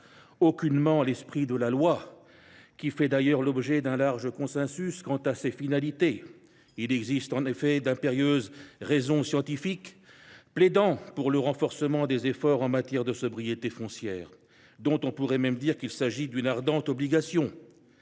et aucunement l’esprit de la loi, qui fait d’ailleurs l’objet d’un large consensus quant à ses finalités. Il existe en effet d’impérieux arguments scientifiques en faveur du renforcement des efforts en matière de sobriété foncière ; on pourrait même dire qu’il s’agit d’une ardente obligation.